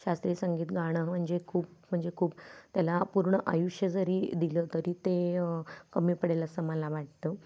शास्त्रीय संगीत गाणं म्हणजे खूप म्हणजे खूप त्याला पूर्ण आयुष्य जरी दिलं तरी ते कमी पडेल असं मला वाटतं